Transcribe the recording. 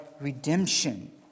redemption